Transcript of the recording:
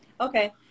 okay